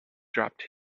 dropped